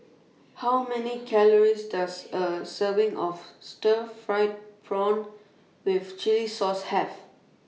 How Many Calories Does A Serving of Stir Fried Prawn with Chili Sauce Have